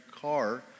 car